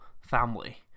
family